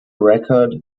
record